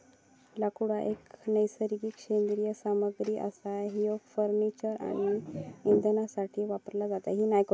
लाकूड हा एक नैसर्गिक सेंद्रिय सामग्री असा जो फर्निचर आणि इंधनासाठी वापरला जाता